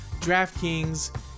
DraftKings